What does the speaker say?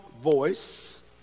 voice